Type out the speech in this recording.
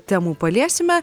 temų paliesime